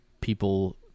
people